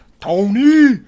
Tony